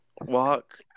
Walk